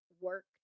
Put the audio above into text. work